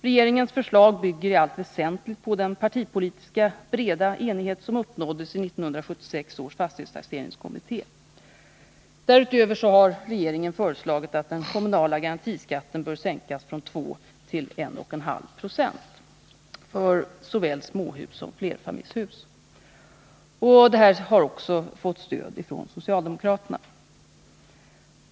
Regeringens förslag bygger i allt väsentligt på den breda partipolitiska enighet som uppnåddes i 1976 års fastighetstaxeringskommitté. Därutöver har regeringen föreslagit att den kommunala garantiskatten skall sänkas från 2 Fo till 1,5 Zo för såväl småhus som flerfamiljshus. Detta har också fått stöd från socialdemokratiskt håll.